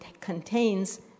contains